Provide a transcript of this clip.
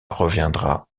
reviendra